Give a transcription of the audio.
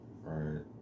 Right